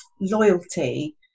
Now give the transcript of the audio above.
loyalty